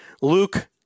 Luke